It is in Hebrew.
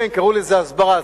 כן, קראו לזה הסברה.